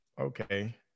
Okay